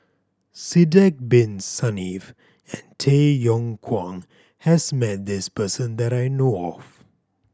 Sidek Bin Saniff and Tay Yong Kwang has met this person that I know of